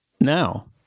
now